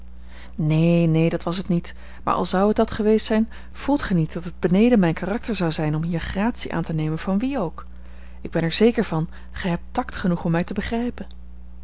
neen neen dat was het niet maar al zou het dat geweest zijn voelt gij niet dat het beneden mijn karakter zou zijn om hier gratie aan te nemen van wie ook ik ben er zeker van gij hebt tact genoeg om mij te begrijpen